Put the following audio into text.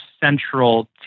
central